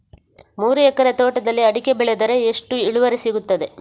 ಮೂರು ಎಕರೆ ತೋಟದಲ್ಲಿ ಅಡಿಕೆ ಬೆಳೆದರೆ ಎಷ್ಟು ಇಳುವರಿ ಸಿಗುತ್ತದೆ?